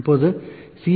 இப்போது C